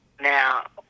Now